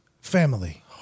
family